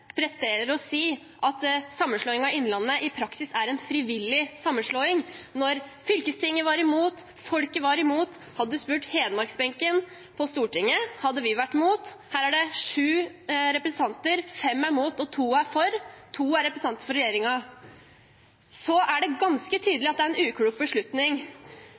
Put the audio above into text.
presterer å si at sammenslåingen av Innlandet i praksis er en frivillig sammenslåing – når fylkestinget var imot og folket var imot. Hadde Hedmarksbenken her på Stortinget blitt spurt, hadde vi vært imot – her er det sju representanter, fem er imot og to er for, og to er representanter fra regjeringspartier – så det er ganske tydelig at det er en uklok beslutning.